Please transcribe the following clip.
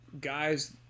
guys